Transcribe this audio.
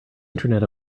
internet